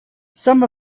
some